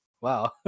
wow